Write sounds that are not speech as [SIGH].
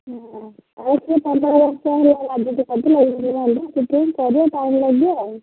ହୁଁ ଆଉ କିଏ ତୁମ ସମୟରେ ରାଜୁତି କରିଥିଲେ [UNINTELLIGIBLE] ତାପରେ ଯିବା ଆଉ